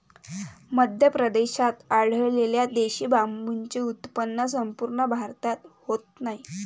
मध्य प्रदेशात आढळलेल्या देशी बांबूचे उत्पन्न संपूर्ण भारतभर होत नाही